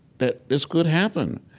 that this could happen.